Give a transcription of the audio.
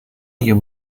you